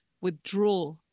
withdraw